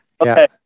Okay